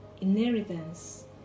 inheritance